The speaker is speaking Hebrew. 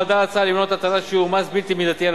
נועדה ההצעה למנוע הטלת שיעור מס בלתי מידתי על